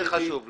אם זה חשוב לו.